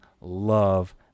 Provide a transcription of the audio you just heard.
love